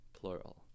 Plural